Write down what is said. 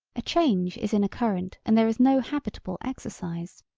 a change is in a current and there is no habitable exercise.